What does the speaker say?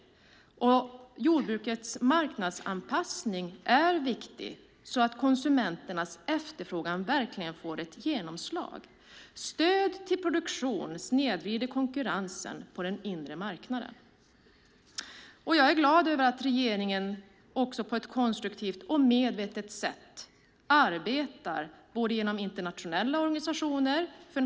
Jordbrukets marknadsanpassning är viktig så att konsumenternas efterfrågan får ett genomslag. Stöd till produktion snedvrider konkurrensen på den inre marknaden. Jag är glad över att regeringen på ett konstruktivt och medvetet sätt arbetar för en hållbar produktion genom internationella organisationer.